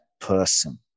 person